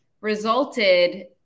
resulted